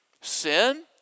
sin